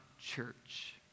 church